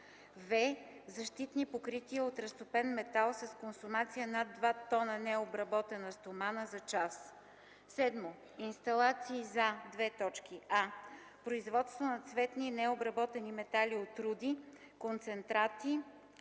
в) защитни покрития от разтопен метал с консумация над 2 т необработена стомана за час. 7. Инсталации за: а) производство на цветни необработени метали от руди, концентрати